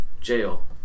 jail